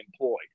employed